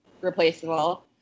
replaceable